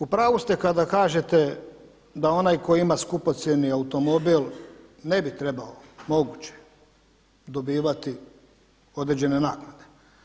U pravu ste da onaj tko ima skupocjeni automobil ne bi trebao moguće dobivati određene naknade.